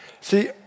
See